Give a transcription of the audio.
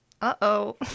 uh-oh